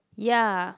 ya